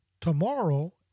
tomorrow